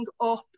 up